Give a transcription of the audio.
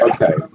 Okay